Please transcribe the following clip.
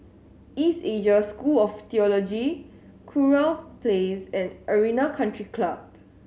East Asia School of Theology Kurau Place and Arena Country Club